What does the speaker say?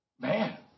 man